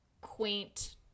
quaint